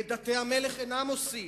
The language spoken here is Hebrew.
ואת דתי המלך אינם עושים,